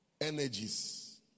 energies